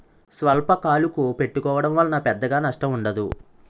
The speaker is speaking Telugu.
స్వల్పకాలకు పెట్టుకోవడం వలన పెద్దగా నష్టం ఉండదు